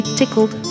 tickled